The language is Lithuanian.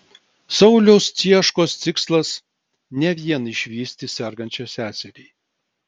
sauliaus cieškos tikslas ne vien išvysti sergančią seserį